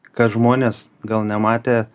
ką žmonės gal nematę